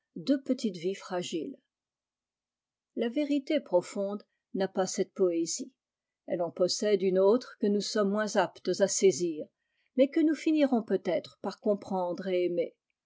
deux petites vies fragiles la vérité profonde n'a pas cette poésie elle en possède une autre que nous sommes moins aptes à saisir mais que nous finirons peut-être par comprendre et aimer